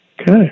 Okay